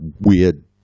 weird